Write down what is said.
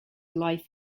life